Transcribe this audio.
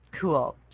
Cool